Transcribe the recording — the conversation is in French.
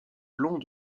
long